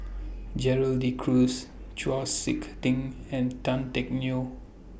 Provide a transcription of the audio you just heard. Gerald De Cruz Chau Sik Ting and Tan Teck Neo